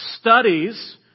studies